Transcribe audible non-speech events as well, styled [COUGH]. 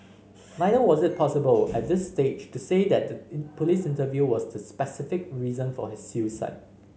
neither was it possible at this stage to say that the [UNINTELLIGIBLE] police interview was the specific reason for his suicide